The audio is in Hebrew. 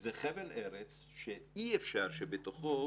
זה חבל ארץ שאי-אפשר בתוכו